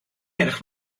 edrych